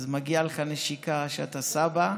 אז מגיעה לך נשיקה על שאתה סבא.